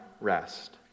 rest